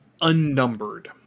unnumbered